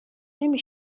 نمی